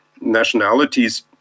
nationalities